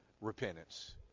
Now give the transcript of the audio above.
repentance